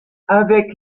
avec